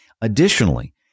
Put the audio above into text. Additionally